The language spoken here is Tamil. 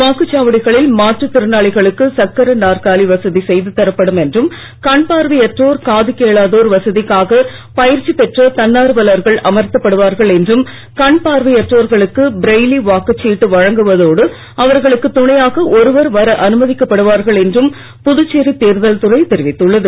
வாக்குச்சாவடிகளில் மாற்றுத் திறனாளிகளுக்கு சக்கர நாற்காலி வசதி செய்து தரப்படும் என்றும் கண் பார்வையற்றோர் காது கேளாதோர் வசதிக்காக பயிற்சி பெற்ற தன்னார்வலர்கள் அமர்த்தப்படுவார்கள் என்றும் கண் பார்வையற்றோர்களுக்கு பிரையிலி வாக்குச்சீட்டு வழங்கப்படுவதோடு அவர்களுக்கு துணையாக ஒருவர் வர அனுமதிக்கப்படுவார்கள் என்றும் புதுச்சேரி தேர்தல் துறை தெரிவித்துள்ளது